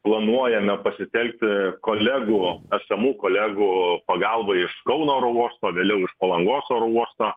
planuojame pasitelkti kolegų esamų kolegų pagalbą iš kauno oro uosto vėliau iš palangos oro uosto